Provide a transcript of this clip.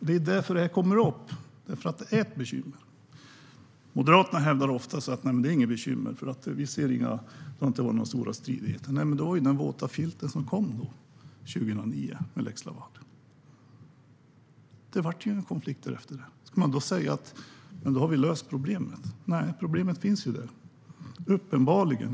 Det här kommer upp för att det är ett bekymmer. Moderaterna hävdar ofta att det inte är något bekymmer. Det har ju inte varit några stora stridigheter. Nej, men 2009 kom ju den våta filten med lex Laval. Det blev ju en konflikt därefter. Ska vi då säga att problemet är löst? Nej, problemet finns uppenbarligen kvar.